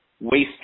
waste